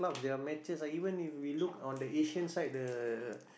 there are matches lah even if we look on the Asian side the